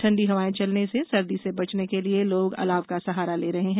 ठंडी हवाएं चलने से सर्दी से बचने के लिए लोग अलाव का सहारा ले रहे हैं